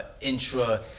intra